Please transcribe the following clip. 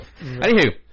Anywho